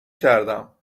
کردم